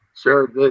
Sure